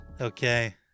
Okay